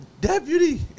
deputy